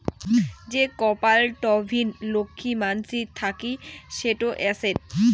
যে কপাল টঙ্নি লক্ষী মানসির থাকি সেটো এসেট